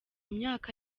myaka